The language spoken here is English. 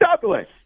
Douglas